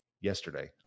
yesterday